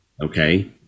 Okay